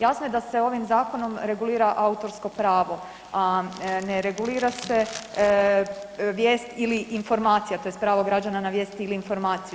Jasno je da se ovim zakonom regulira autorsko pravo, a ne regulira se vijest ili informacija, tj. pravo građana na vijest ili informaciju.